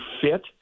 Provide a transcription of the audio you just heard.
fit